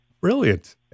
Brilliant